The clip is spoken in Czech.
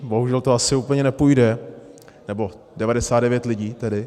Bohužel to asi úplně nepůjde, nebo 99 lidí tedy.